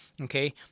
Okay